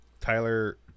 Tyler